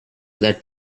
that